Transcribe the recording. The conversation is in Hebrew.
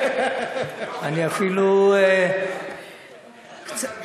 לא, אני אפילו קצת כועס.